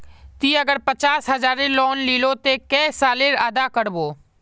ती अगर पचास हजारेर लोन लिलो ते कै साले अदा कर बो?